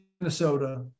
Minnesota